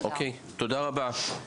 אוקיי, תודה רבה.